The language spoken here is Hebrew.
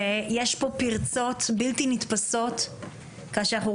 יש פה פרצות בלתי נתפסות כאשר אנחנו